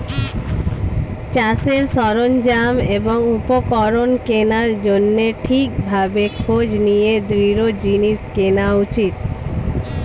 চাষের সরঞ্জাম এবং উপকরণ কেনার জন্যে ঠিক ভাবে খোঁজ নিয়ে দৃঢ় জিনিস কেনা উচিত